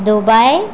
Dubai